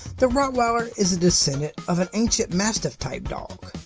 the rottweiler is a descendant of an ancient mastiff-type dog.